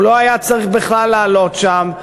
הוא לא היה צריך בכלל לעלות שם,